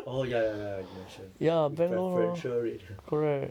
oh ya ya ya ya you mentioned with preferential rate